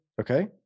Okay